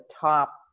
top